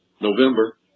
November